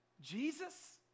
Jesus